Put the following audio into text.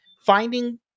finding